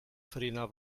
farina